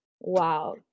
wow